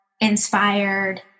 inspired